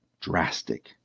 drastic